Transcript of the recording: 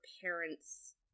parents